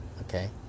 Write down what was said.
Okay